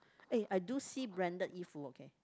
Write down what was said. eh I do see branded 衣服 okay